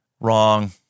wrong